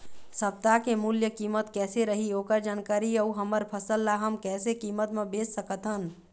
सप्ता के मूल्य कीमत कैसे रही ओकर जानकारी अऊ हमर फसल ला हम कैसे कीमत मा बेच सकत हन?